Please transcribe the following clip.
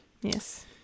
Yes